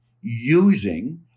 using